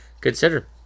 consider